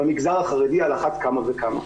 במגזר החרדי על אחת כמה וכמה.